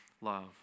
love